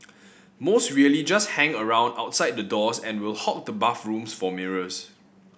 most really just hang around outside the doors and will hog the bathrooms for mirrors